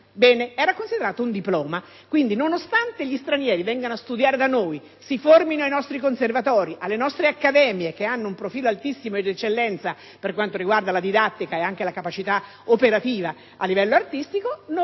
laurea, era considerato un diploma. Quindi, nonostante gli stranieri vengano a studiare da noi, si formino ai nostri conservatori, alle nostre accademie, che hanno un profilo altissimo, di eccellenza, per quanto riguarda la didattica e la capacità operativa a livello artistico, noi